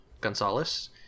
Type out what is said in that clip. gonzalez